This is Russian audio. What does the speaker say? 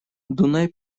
дунай